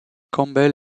campbell